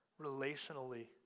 relationally